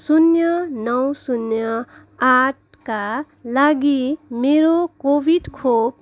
शून्य नौ शून्य आठका लागि मेरो कोभिड खोप